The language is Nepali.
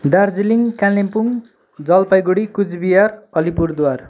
दार्जिलिङ कालिम्पोङ जलपाइगढी कुचबिहार अलिपुरद्वार